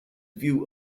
view